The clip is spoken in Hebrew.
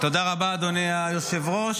תודה רבה, אדוני היושב-ראש.